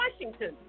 Washington